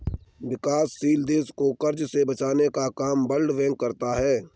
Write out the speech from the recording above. विकासशील देश को कर्ज से बचने का काम वर्ल्ड बैंक करता है